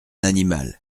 animal